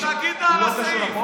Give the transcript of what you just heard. מה זה קשור,